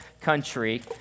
country